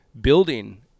building